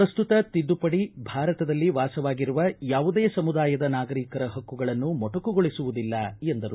ಪ್ರಸ್ತುತ ತಿದ್ದುಪಡಿ ಭಾರತದಲ್ಲಿ ವಾಸವಾಗಿರುವ ಯಾವುದೇ ಸಮುದಾಯದ ನಾಗರಿಕರ ಹಕ್ಕುಗಳನ್ನು ಮೊಟಕುಗೊಳಿಸುವುದಿಲ್ಲ ಎಂದರು